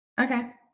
Okay